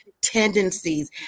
tendencies